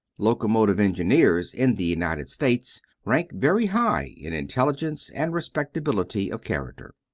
locomotive engineers in the united states rank very high in intelligence and respectability of character.